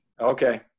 Okay